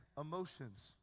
emotions